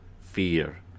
fear